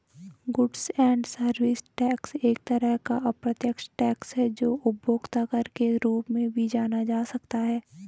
goods and service tax एक तरह का अप्रत्यक्ष टैक्स है जो उपभोक्ता कर के रूप में भी जाना जा सकता है